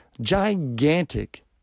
Gigantic